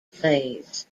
plays